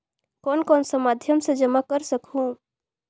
कौन कौन सा माध्यम से जमा कर सखहू?